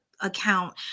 account